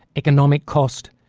economic cost,